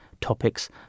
topics